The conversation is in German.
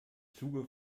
zuge